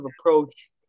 approach